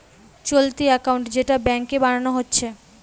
চলতি একাউন্ট যেটা ব্যাংকে বানানা হচ্ছে